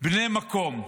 בני המקום.